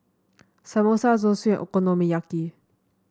Samosa Zosui Okonomiyaki